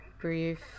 brief